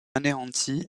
anéantie